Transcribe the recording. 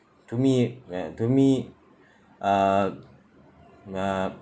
to me where to me uh m~